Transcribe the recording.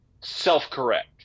self-correct